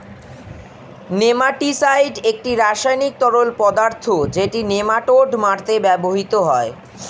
nematicide একটি রাসায়নিক তরল পদার্থ যেটি নেমাটোড মারতে ব্যবহৃত হয়